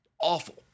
awful